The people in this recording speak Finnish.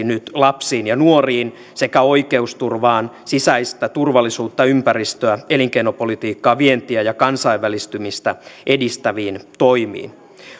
nyt lapsiin ja nuoriin sekä oikeusturvaan sisäistä turvallisuutta ympäristöä elinkeinopolitiikkaa vientiä ja kansainvälistymistä edistäviin toimiin